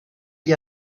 gli